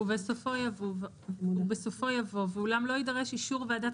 ובסופו יבוא "ואולם לא יידרש אישור ועדת